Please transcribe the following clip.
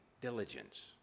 diligence